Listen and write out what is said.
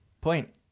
point